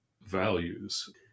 values